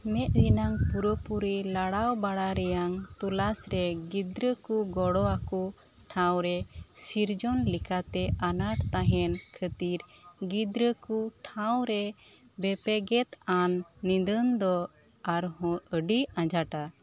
ᱢᱮᱫ ᱨᱮᱱᱟᱝ ᱯᱩᱨᱟᱹ ᱯᱩᱨᱤ ᱞᱟᱲᱟᱣ ᱵᱟᱲᱟ ᱨᱮᱭᱟᱝ ᱛᱚᱞᱟᱥ ᱨᱮ ᱜᱤᱫᱽᱨᱟᱹᱠᱚ ᱜᱚᱲᱚᱣᱟᱠᱚ ᱴᱷᱟᱶ ᱨᱮ ᱥᱤᱨᱡᱚᱱ ᱞᱮᱠᱟᱛᱮ ᱟᱱᱟᱴ ᱛᱟᱦᱮᱱ ᱠᱷᱟᱹᱛᱤᱨ ᱜᱤᱫᱽᱨᱟᱹᱠᱚ ᱴᱷᱟᱶᱨᱮ ᱵᱷᱮᱯᱮᱜᱮᱫ ᱟᱱ ᱱᱤᱫᱟᱹᱱ ᱫᱚ ᱟᱨᱦᱚᱸ ᱟᱹᱰᱤ ᱟᱸᱡᱷᱟᱴᱟ